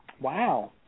Wow